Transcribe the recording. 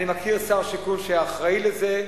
אני מכיר שר שיכון שאחראי לזה,